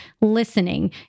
listening